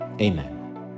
amen